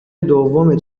دوم